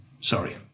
Sorry